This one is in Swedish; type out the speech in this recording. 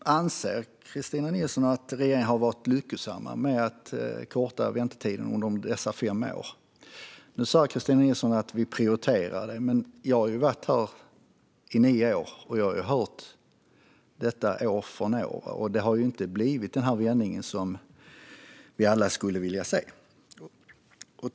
Anser Kristina Nilsson att regeringen under dessa fem år har varit lyckosam när det gäller att korta väntetiderna? Kristina Nilsson sa att det prioriteras. Men jag varit här i nio år och har hört detta år efter år. Den vändning vi alla skulle vilja se har inte kommit.